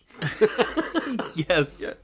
Yes